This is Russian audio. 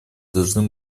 должны